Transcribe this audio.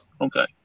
Okay